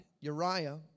Uriah